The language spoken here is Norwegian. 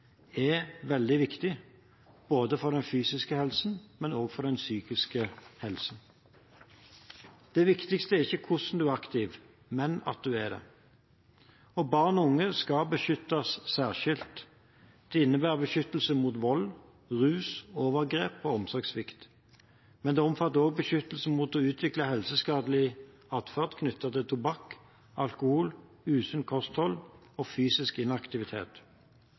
er veldig viktig, for både den fysiske og psykiske helsen. Det viktigste er ikke hvordan du er aktiv, men at du er det. Barn og unge skal beskyttes særskilt. Det innebærer beskyttelse mot vold, rus, overgrep og omsorgssvikt. Men det omfatter også beskyttelse mot å utvikle helseskadelig atferd knyttet til tobakk, alkohol, usunt kosthold og fysisk inaktivitet.